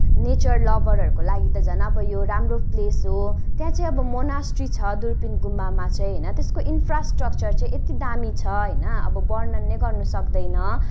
nature लभरहरूको लागि त झन् अब यो राम्रो प्लेस हो त्यहाँ चाहिँ अब मोनेस्ट्री छ दुई तिन गुम्बामा चाहिँ होइन त्यसको इन्फ्रास्टक्चर चाहिँ यत्ति दामी छ होइन अब वर्णन नै गर्न सकिँदैन